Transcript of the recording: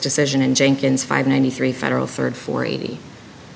decision in jenkins five ninety three federal third four eighty